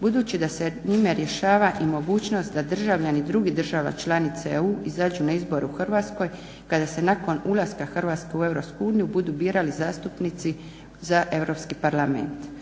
budući da se time rješava i mogućnost da državljani drugih država članica EU izađu na izbore u Hrvatskoj kada se nakon ulaska Hrvatske u EU budu birali zastupnici za Europski parlament.